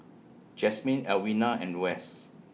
Jasmyne Alwina and West